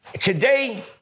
Today